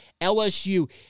LSU